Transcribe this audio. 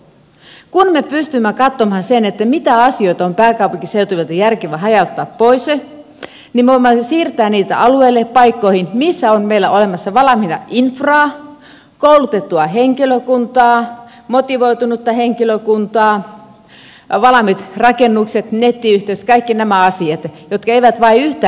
kun me pystymme katsomaan mitä asioita on pääkaupunkiseudulta järkevää hajauttaa pois niin me voimme siirtää niitä alueille paikkoihin missä on meillä olemassa valmiina infraa koulutettua henkilökuntaa motivoitunutta henkilökuntaa valmiit rakennukset nettiyhteys kaikki nämä asiat jotka eivät yhtään lisää kustannuksia